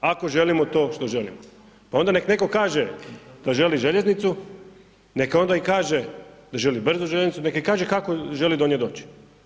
Ako želimo to što želimo, pa onda nek neko kaže da želi željeznicu, neka onda i kaže da želi brzu željeznicu, neka i kaže kako želi do nje doći.